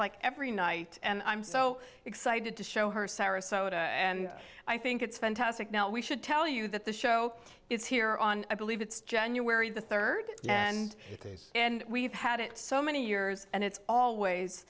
like every night and i'm so excited to show her sarasota and i think it's fantastic now we should tell you that the show is here on i believe it's january the third and and we've had it so many years it's always